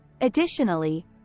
Additionally